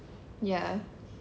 ya